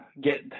get